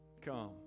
come